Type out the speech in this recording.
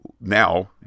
now